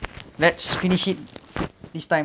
let's finish it this time